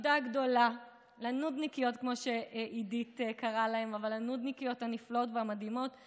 תודה לפרקליטות, שעתרה נגד השחרור של